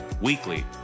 weekly